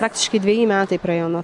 praktiškai dveji metai praėjo nuo